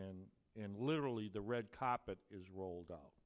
and and literally the red carpet is rolled out